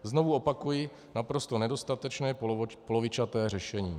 Znovu opakuji, naprosto nedostatečné, polovičaté řešení.